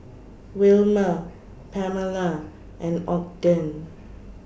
Wilmer Pamala and Ogden